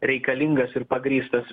reikalingas ir pagrįstas